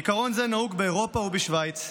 עיקרון זה נהוג באירופה ובשווייץ,